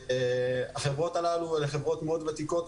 החברות הללו מאוד ותיקות,